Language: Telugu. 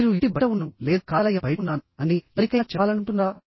మీరు ఇంటి బయట ఉన్నాను లేదా కార్యాలయం బయట ఉన్నాను అని ఎవరికైనా చెప్పాలనుకుంటున్నారా